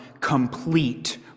complete